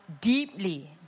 deeply